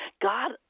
God